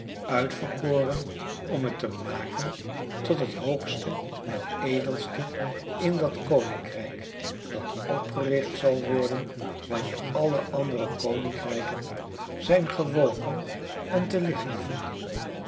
uitverkoren om het te maken tot het hoogste en edelste in dat koninkrijk dat opgericht zal worden wanneer alle andere koninkrijken zijn gewogen en te licht bevonden